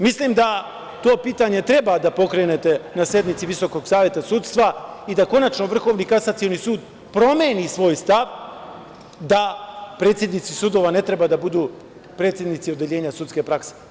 Mislim da to pitanje treba da pokrenete na sednici Visokog saveta sudstva, i da konačno Vrhovni kasacioni sud promeni svoj stav da predsednici sudova ne treba da budu predsednici odeljenja sudske prakse.